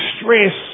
stress